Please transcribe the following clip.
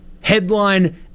Headline